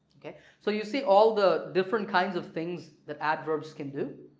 ok so you see all the different kinds of things that adverbs can do